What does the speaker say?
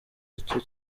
icyo